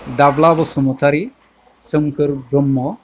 Dabla Basumatary Somkhor Brahma